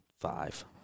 five